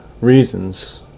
reasons